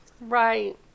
Right